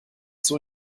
zur